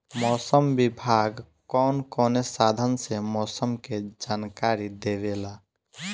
मौसम विभाग कौन कौने साधन से मोसम के जानकारी देवेला?